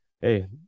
Hey